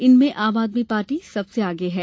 इनमें आम आदमी पार्टी सबसे आगे है